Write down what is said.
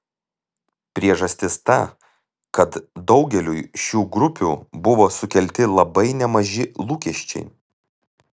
priežastis ta kad daugeliui šių grupių buvo sukelti labai nemaži lūkesčiai